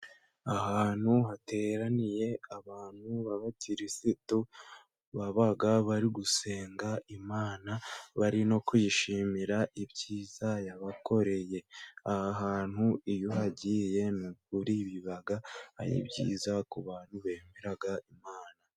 Ahantu hateraniye abantu b'abakirisito baba bari gusenga Imana bari no kuyishimira ibyiza yabakoreye. Aha hantu iyo uhagiye ni ukuri biba ari byiza ku bantu bemera Imana.